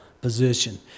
position